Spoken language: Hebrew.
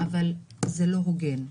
אבל זה לא הוגן.